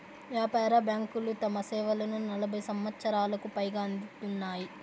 వ్యాపార బ్యాంకులు తమ సేవలను నలభై సంవచ్చరాలకు పైగా అందిత్తున్నాయి